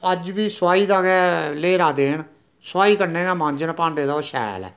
अज्ज बी सोआही दा गे ल्हेरा देन सोआही कन्नै गै मांजन भांडे ते ओह् शैल ऐ